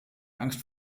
angst